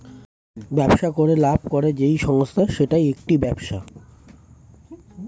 ব্যবসা করে লাভ করে যেই সংস্থা সেইটা একটি ব্যবসা